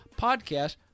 podcast